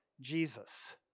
Jesus